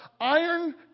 iron